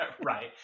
right